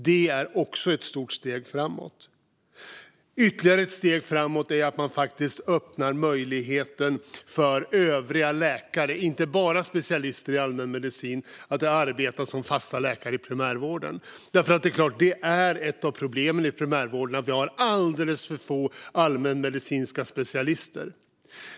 Det är också ett stort steg framåt. Ännu ett steg framåt är att man faktiskt öppnar för övriga läkare, inte bara specialister i allmänmedicin, att arbeta som fasta läkare i primärvården. Det är klart att ett av problemen i primärvården är att vi har alldeles för få allmänmedicinska specialister.